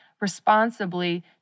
responsibly